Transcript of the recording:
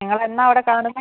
നിങ്ങൾ എന്നാണ് അവിടെ കാണുന്നത്